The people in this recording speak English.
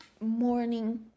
morning